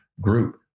group